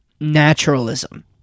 naturalism